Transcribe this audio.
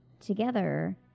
together